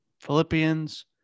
Philippians